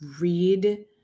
Read